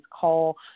call